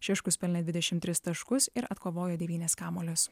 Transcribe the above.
šeškus pelnė dvidešim tris taškus ir atkovojo devynis kamuolius